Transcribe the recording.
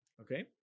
Okay